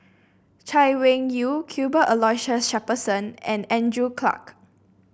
Chay Weng Yew Cuthbert Aloysius Shepherdson and Andrew Clarke